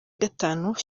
gatanu